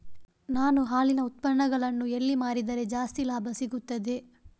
ನಾನು ಹಾಲಿನ ಉತ್ಪನ್ನಗಳನ್ನು ಎಲ್ಲಿ ಮಾರಿದರೆ ಜಾಸ್ತಿ ಲಾಭ ಸಿಗುತ್ತದೆ?